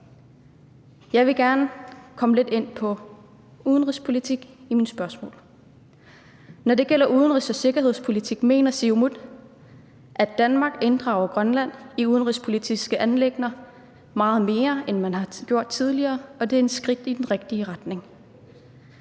Jeg vil gerne komme lidt ind på udenrigspolitikken i mine spørgsmål. Når det gælder udenrigs- og sikkerhedspolitik mener Siumut, at Danmark inddrager Grønland meget mere i de udenrigs- og sikkerhedspolitiske anliggender, end man tidligere har gjort, og at det er et skridt i den rigtige retning.